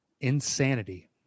insanity